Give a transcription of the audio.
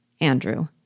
Andrew